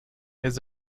his